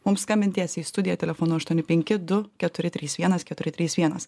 mums skambint tiesiai į studiją telefonu aštuoni penki du keturi trys vienas keturi trys vienas